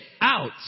out